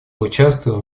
участвуем